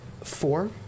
Four